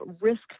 risk